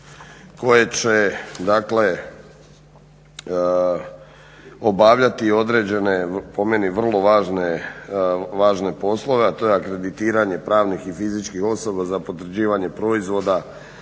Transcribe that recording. koje će dakle obavljati određene, po meni vrlo važne poslove, a to je akreditiranje pravnih i fizičkih osoba za potvrđivanje proizvoda,